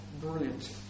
Brilliant